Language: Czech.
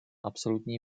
absolutní